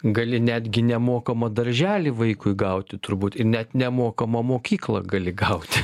gali netgi nemokamą darželį vaikui gauti turbūt ir net nemokamą mokyklą gali gauti